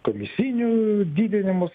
komisinių didinimus